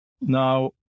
Now